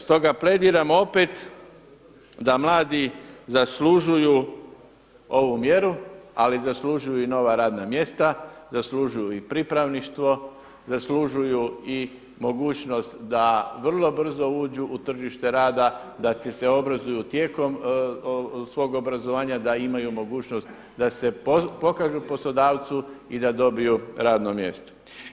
Stoga plediram opet da mladi zaslužuju ovu mjeru ali zaslužuju i nova radna mjesta, zaslužuju i pripravništvo, zaslužuju i mogućnost da vrlo brzo uđu u tržište rada, da se obrazuju tijekom svog obrazovanja, da imaju mogućnost da se pokažu poslodavcu i da dobiju radno mjesto.